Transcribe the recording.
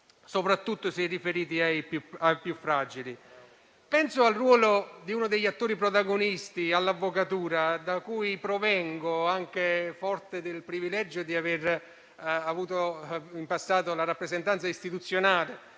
soprattutto se riferiti ai più deboli, ai più fragili. Penso al ruolo di uno degli attori protagonisti, l'avvocatura da cui provengo - anche forte del privilegio di aver avuto in passato la rappresentanza istituzionale